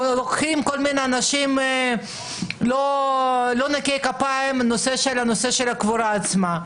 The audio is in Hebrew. אנשים שהם לא נקיי כפיים לוקחים את הקבורה עצמה.